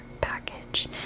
package